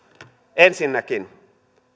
ensinnäkin